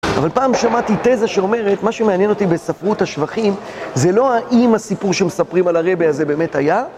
אבל פעם שמעתי תזה שאומרת, מה שמעניין אותי בספרות השבחים זה לא האם הסיפור שהם מספרים על הרבה הזה באמת היה?